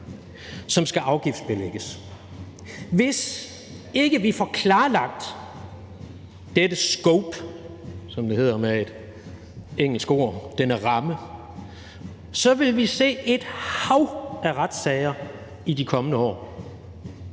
som skal afgiftsbelægges. Hvis ikke vi får klarlagt dette scope, som det hedder med et engelsk ord, denne ramme, vil vi se et hav af retssager i de kommende år,